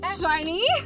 Shiny